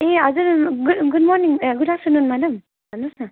ए हजुर गु good morning ए गुड आफ्टरनुन मेडम भन्नुहोस् न